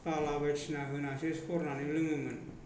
बाला बायदिसिना होनासो सरनानै लोङोमोन